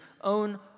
own